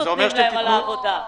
אותה ההתחייבות שאנחנו,